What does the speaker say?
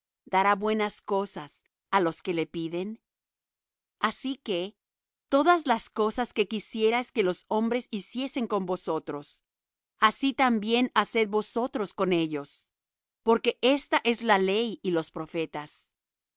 dará buenas cosas á los que le piden así que todas las cosas que quisierais que los hombres hiciesen con vosotros así también haced vosotros con ellos porque esta es la ley y los profetas